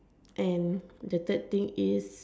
and the third thing is